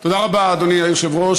תודה רבה, אדוני היושב-ראש.